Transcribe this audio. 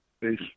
Peace